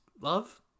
love